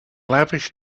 lavish